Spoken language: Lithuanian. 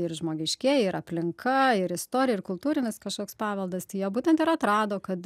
ir žmogiškieji ir aplinka ir istorija ir kultūrinis kažkoks paveldas tai jie būtent ir atrado kad